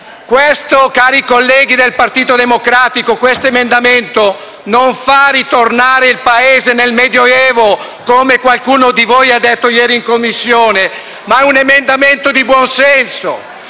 Cari colleghi del Partito Democratico, questo emendamento non fa ritornare il Paese nel medioevo, come qualcuno di voi ha detto ieri in Commissione. È un emendamento di buon senso,